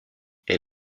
est